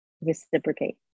reciprocate